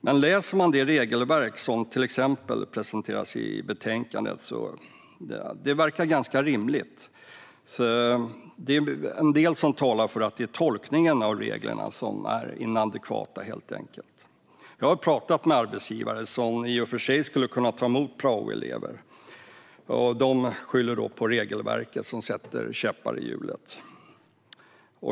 Men läser man det regelverk som till exempel presenteras i betänkandet ser man att det verkar ganska rimligt, så det är en del som talar för att det är tolkningen av reglerna som är inadekvat. Jag har pratat med arbetsgivare som skulle kunna ta emot praoelever, men de skyller på att regelverket sätter käppar i hjulet.